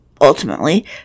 ultimately